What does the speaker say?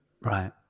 Right